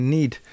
Need